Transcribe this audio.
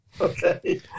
okay